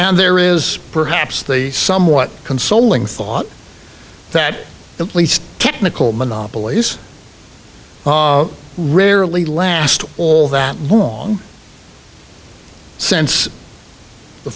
and there is perhaps the somewhat consoling thought that at least technical monopolies rarely last all that long since the